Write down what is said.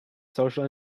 social